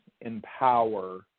Empower